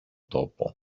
τόπο